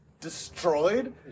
destroyed